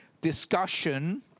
discussion